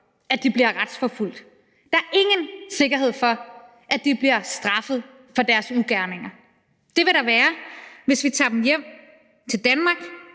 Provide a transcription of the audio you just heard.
at de bliver retsforfulgt. Der er ingen sikkerhed for, at de bliver straffet for deres ugerninger. Det vil der være, hvis vi tager dem hjem til Danmark,